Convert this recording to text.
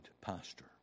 pastor